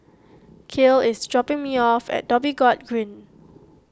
Kael is dropping me off at Dhoby Ghaut Green